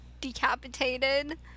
decapitated